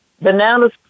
Bananas